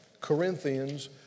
Corinthians